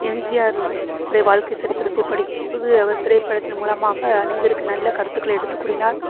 எம்ஜிஆர் உடைய வாழ்க்கை சரித்திரத்தை படிக்கும்போது அவர் திரைப்படத்தின் மூலமாக அநேகருக்கு நல்ல கருத்துக்களை எடுத்துக் கூறினார்